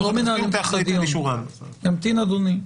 אנחנו לא מנהלים --- ימתין אדוני.